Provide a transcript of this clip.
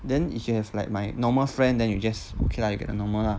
then if you have like my normal friend then you just okay lah you get the normal lah